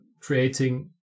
creating